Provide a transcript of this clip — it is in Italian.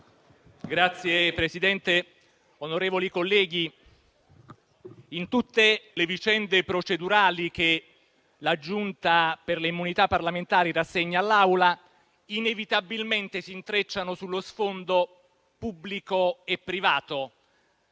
Signor Presidente, onorevoli colleghi, in tutte le vicende procedurali che la Giunta per le immunità parlamentari rassegna all'Assemblea, inevitabilmente si intrecciano sullo sfondo pubblico e privato,